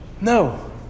No